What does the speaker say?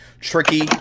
Tricky